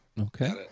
Okay